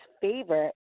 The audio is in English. favorite